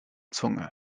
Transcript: zunge